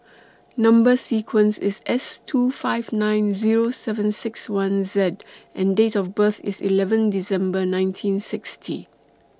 Number sequence IS S two five nine Zero seven six one Z and Date of birth IS eleven December nineteen sixty